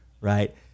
right